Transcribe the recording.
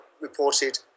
reported